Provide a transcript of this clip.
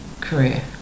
career